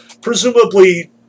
Presumably